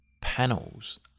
panels